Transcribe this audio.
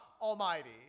Almighty